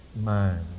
mind